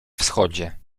wschodzie